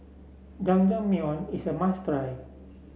Jajangmyeon is a must try